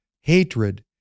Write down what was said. hatred